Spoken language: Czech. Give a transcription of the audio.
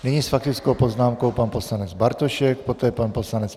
Nyní s faktickou poznámkou pan poslanec Bartošek, poté pan poslanec Peksa.